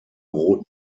roten